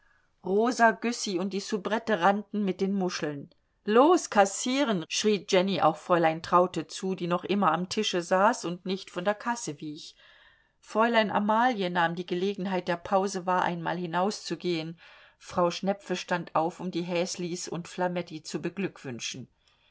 rosa güssy und die soubrette rannten mit den muscheln los kassieren schrie jenny auch fräulein traute zu die noch immer am tische saß und nicht von der kasse wich fräulein amalie nahm die gelegenheit der pause wahr einmal hinauszugehen frau schnepfe stand auf um die häslis und flametti zu beglückwünschen